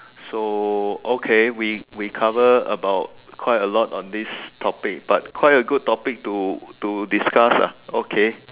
so okay we we cover about quite a lot on this topic but quite a good topic to to discuss ah okay